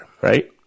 right